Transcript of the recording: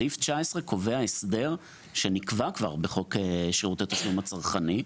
סעיף 19 קובע הסדר שנקבע כבר בחוק שירות התשלום הצרכני.